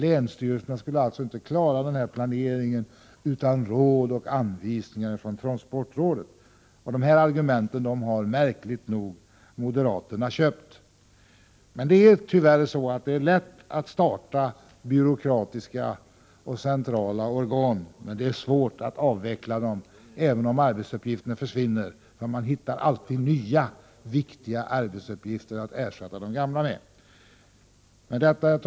Länsstyrelserna skulle alltså inte klara den här planeringen utan råd och anvisningar från transportrådet. Dessa argument har märkligt nog moderaterna köpt. Det är tyvärr så att det är lätt att starta byråkratiska och centrala organ, men det är svårt att avveckla dem, även om arbetsuppgifterna försvinner — man hittar alltid nya viktiga arbetsuppgifter att ersätta de gamla med. Herr talman!